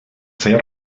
feia